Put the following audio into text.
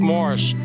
Morris